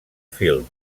film